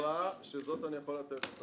זו התשובה שאני יכול לתת.